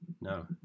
No